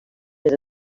més